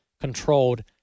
controlled